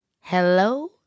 Hello